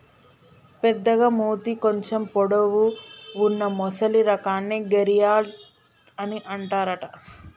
పెద్దగ మూతి కొంచెం పొడవు వున్నా మొసలి రకాన్ని గరియాల్ అని అంటారట